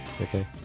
Okay